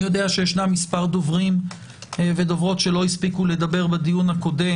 אני יודע שישנם מספר דוברים ודוברות שלא הספיקו לדבר בדיון הקודם,